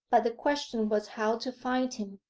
but the question was how to find him.